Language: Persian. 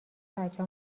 بچه